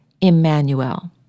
Emmanuel